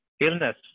illness